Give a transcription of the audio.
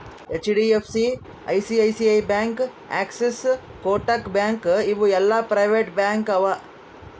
HDFC, ICICI bank, Axis, Kotak bank ಇವು ಎಲ್ಲಾ private bank ಅವಾ